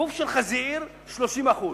גוף של חזיר, 30%,